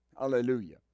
Hallelujah